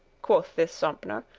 quoth this sompnour,